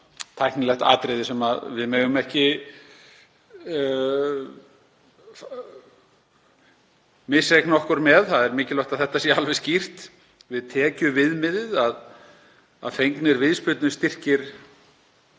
tæknilegt atriði sem við megum ekki misreikna okkur með. Það er mikilvægt að þetta sé alveg skýrt við tekjuviðmiðið, að fengnir viðspyrnustyrkir